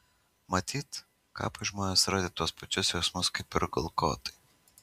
matyt kapui žmonės rodė tuos pačius jausmus kaip ir golgotai